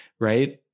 right